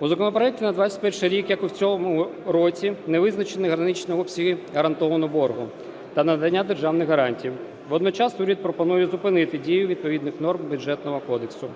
У законопроекті на 2021 рік, як і в цьому році, не визначені граничні обсяги гарантованого боргу та надання державних гарантій. Водночас уряд пропонує зупинити дію відповідних норм Бюджетного кодексу.